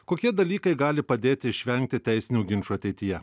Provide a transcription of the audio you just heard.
kokie dalykai gali padėti išvengti teisinių ginčų ateityje